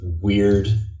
weird